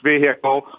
vehicle